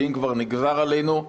שאם כבר נגזר עלינו,